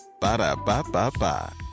Ba-da-ba-ba-ba